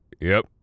Yep